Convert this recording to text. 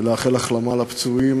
ולאחל החלמה לפצועים.